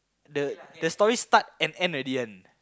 the story start and end already one